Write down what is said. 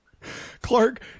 Clark